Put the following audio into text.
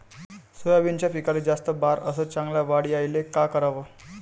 सोयाबीनच्या पिकाले जास्त बार अस चांगल्या वाढ यायले का कराव?